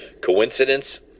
Coincidence